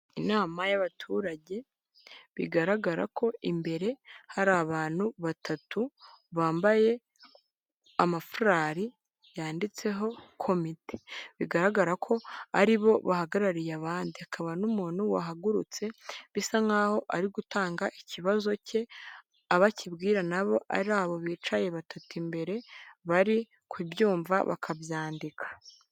Inama y'abaturage bigaragara ko imbere hari abantu batatu bambaye amafurari yanditseho komite, bigaragara ko aribo bahagarariye abandi akaba n'umuntu wahagurutse bisa nk nkaho ari gutanga ikibazo cye abakibwira nabo ari abo bicaye batatu mbere bari kubyumva bakabyandika.